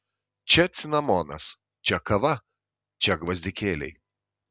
čia cinamonas čia kava čia gvazdikėliai